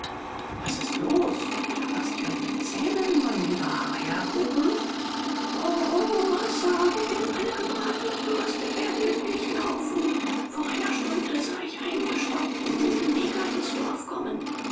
was ist los du klapperst ja mit den zähnen mein lieber eierkuchen o o massa wir werden alle gebraten und geröstet werden wenn wir nicht laufen vor einer stunde sah ich einen bestaubten müden neger ins dorf kommen